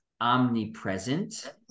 omnipresent